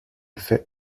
fait